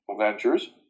ventures